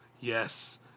yes